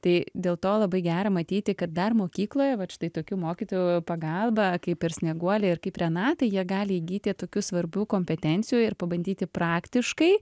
tai dėl to labai gera matyti kad dar mokykloje vat štai tokių mokytojų pagalba kaip ir snieguolė ir kaip renata jie gali įgyti tokių svarbių kompetencijų ir pabandyti praktiškai